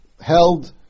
held